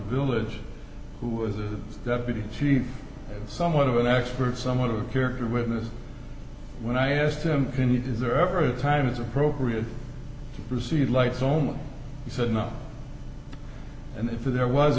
villager who was a deputy chief somewhat of an expert somewhat of a character witness when i asked him to meet is there ever a time it's appropriate to proceed lights only he said no and if there was